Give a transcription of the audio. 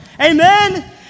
Amen